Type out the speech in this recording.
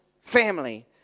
family